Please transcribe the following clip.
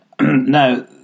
Now